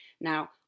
Now